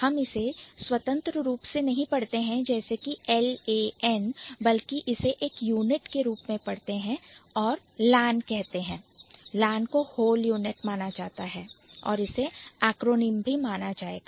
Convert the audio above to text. हम इसे स्वतंत्र रूप से नहीं पढ़ते जैसे कि L A Nबल्कि इसे एक यूनिट के रूप में पढ़ते हैं जैसे किLAN लैन और LAN को Whole Unit मानते हैं और इसे Acronym माना जाएगा